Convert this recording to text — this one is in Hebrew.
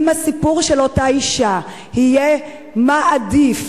אם הסיפור של אותה אשה יהיה מה עדיף,